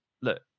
look